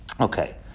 Okay